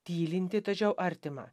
tylintį tačiau artimą